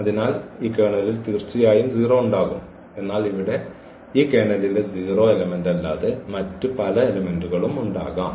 അതിനാൽ ഈ കേർണലിൽ തീർച്ചയായും 0 ഉണ്ടാകും എന്നാൽ ഇവിടെ ഈ കേർണലിലെ 0 എലമെന്റല്ലാതെ മറ്റ് പല എലമെന്റ്കളും ഉണ്ടാകാം